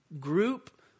group